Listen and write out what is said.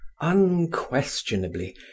Unquestionably